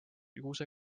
juhuse